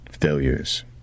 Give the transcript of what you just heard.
failures